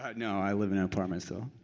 ah no i live in an apartment, still.